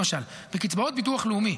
למשל, בקצבאות ביטוח לאומי,